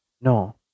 No